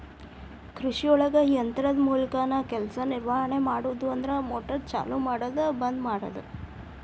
ಕೃಷಿಒಳಗ ಯಂತ್ರದ ಮೂಲಕಾನ ಕೆಲಸಾ ನಿರ್ವಹಣೆ ಮಾಡುದು ಅಂದ್ರ ಮೋಟಾರ್ ಚಲು ಮಾಡುದು ಬಂದ ಮಾಡುದು